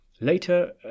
Later